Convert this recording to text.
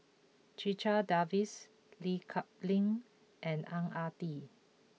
Checha Davies Lee Kip Lin and Ang Ah Tee